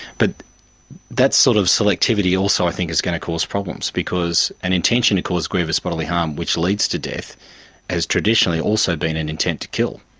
but that sort of selectivity also i think is going to cause problems because an intention to cause grievous bodily harm which leads to death has traditionally also been an intent to kill.